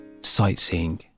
sightseeing